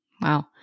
Wow